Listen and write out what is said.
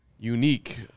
Unique